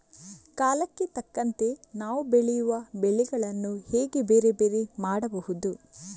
ಕಾಲಕ್ಕೆ ತಕ್ಕಂತೆ ನಾವು ಬೆಳೆಯುವ ಬೆಳೆಗಳನ್ನು ಹೇಗೆ ಬೇರೆ ಬೇರೆ ಮಾಡಬಹುದು?